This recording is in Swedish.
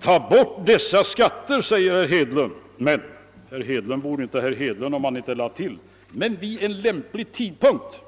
»Ta bort dessa skatter», sade herr Hedlund, men herr Hedlund vore inte herr Hedlund om han inte lade till: >men vid en lämplig tidpunkt>.